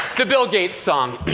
the bill gates song!